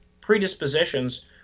predispositions